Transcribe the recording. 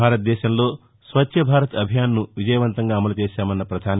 భారత దేశంలో స్వచ్చభారత్ అభియాన్ను విజయవంతంగా అమలుచేశామన్న ప్రధాని